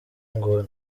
ngo